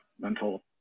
mental